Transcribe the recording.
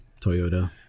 Toyota